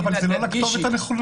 בהחלט, אבל זה לכתובת הנכונה.